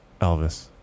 Elvis